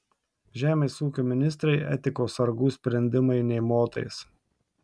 žemės ūkio ministrei etikos sargų sprendimai nė motais